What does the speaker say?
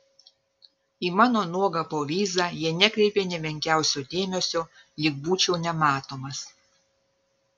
į mano nuogą povyzą jie nekreipė nė menkiausio dėmesio lyg būčiau nematomas